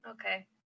Okay